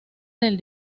del